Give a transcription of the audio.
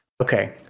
Okay